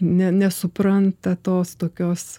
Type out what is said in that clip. ne nesupranta tos tokios